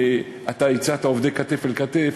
אתה הצעת עובדי כתף-אל-כתף,